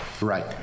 Right